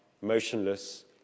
motionless